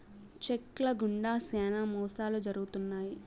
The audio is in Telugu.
చెక్ ల గుండా శ్యానా మోసాలు జరుగుతున్నాయి